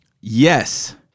Yes